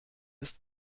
ist